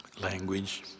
language